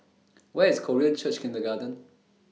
Where IS Korean Church Kindergarten